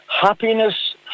happiness